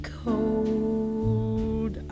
cold